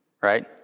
Right